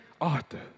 Arthur